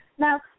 Now